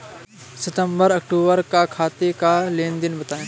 सितंबर अक्तूबर का खाते का लेनदेन बताएं